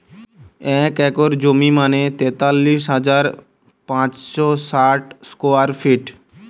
এক একর জমি মানে তেতাল্লিশ হাজার পাঁচশ ষাট স্কোয়ার ফিট